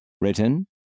Written